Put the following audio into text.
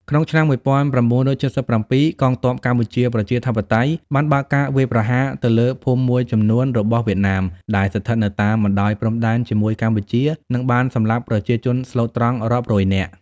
ក្នុងឆ្នាំ១៩៧៧ កងទ័ពកម្ពុជាប្រជាធិបតេយ្យបានបើកការវាយប្រហារទៅលើភូមិមួយចំនួនរបស់ វៀតណាមដែលស្ថិតនៅតាមបណ្តោយព្រំដែនជាមួយកម្ពុជា និងបានសម្លាប់ប្រជាជនស្លូតត្រន់រាប់រយនាក់។